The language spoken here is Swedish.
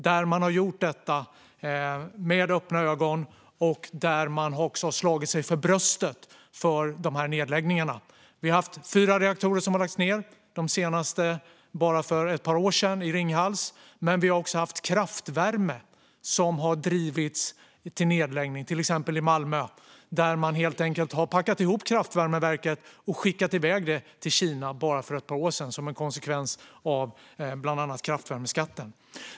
Detta har man gjort med öppna ögon, och man har också slagit sig för bröstet över dessa nedläggningar. Vi har haft fyra reaktorer som har lagts ned, de senaste för bara ett par år sedan i Ringhals. Men vi har också haft kraftvärme som har drivits till nedläggning - till exempel i Malmö, där man helt enkelt packade ihop kraftvärmeverket och skickade iväg det till Kina för bara ett par år sedan som en konsekvens av bland annat kraftvärmeskatten.